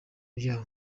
byawo